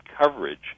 coverage